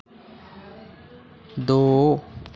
दो